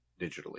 digitally